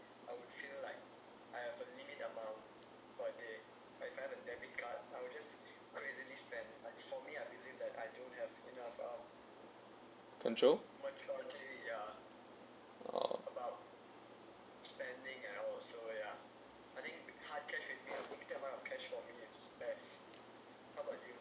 control oh